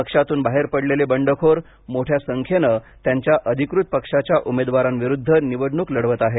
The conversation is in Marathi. पक्षातून बाहेर पडलेले बंडखोर मोठ्या संख्येने त्यांच्या अधिकृत पक्षाच्या उमेदवारांविरुद्ध निवडणूक लढवत आहेत